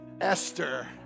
Esther